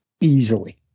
Easily